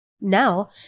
Now